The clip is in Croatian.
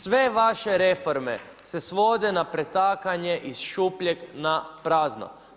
Sve vaše reforme, se svode na pretakanje iz šupljeg na prazno.